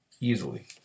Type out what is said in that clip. easily